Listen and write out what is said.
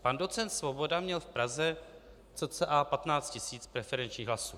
Pan docent Svoboda měl v Praze cca 15 tisíc preferenčních hlasů.